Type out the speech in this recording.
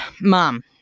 Mom